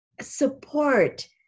support